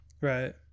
right